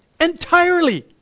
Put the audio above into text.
entirely